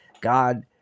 God